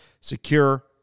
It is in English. secure